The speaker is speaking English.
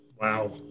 wow